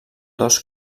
dos